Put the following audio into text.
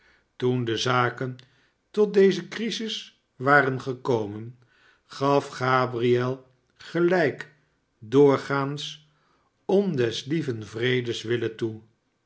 toen de zaken tot deze crisis waren gekomen gaf tabriel gelijk doorgaans om des lieven vredes wille toe